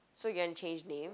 so you gonna change name